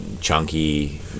chunky